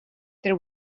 there